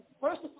First